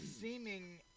seeming